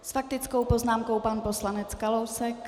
S faktickou poznámkou pan poslanec Kalousek.